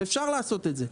ואפשר לעשות את זה,